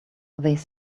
these